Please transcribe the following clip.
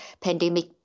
pandemic